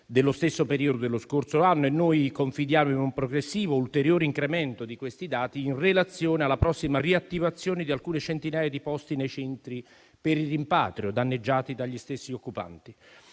dello stesso periodo dello scorso anno. Confidiamo in un progressivo ulteriore incremento di questi dati in relazione alla prossima riattivazione di alcune centinaia di posti nei centri per il rimpatrio, danneggiati dagli stessi occupanti.